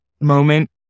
moment